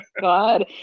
God